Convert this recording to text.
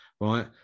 right